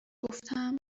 گفتم